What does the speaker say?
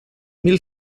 mil